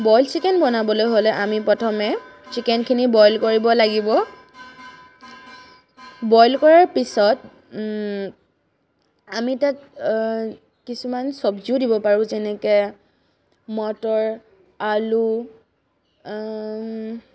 boil chicken বনাবলৈ হ'লে আমি প্ৰথমে চিকেনখিনি বইল কৰিব লাগিব বইল কৰাৰ পিছত আমি তাত কিছুমান চব্জিও দিব পাৰোঁ যেনে মটৰ আলু